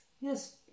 Yes